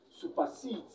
supersedes